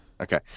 Okay